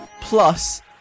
Plus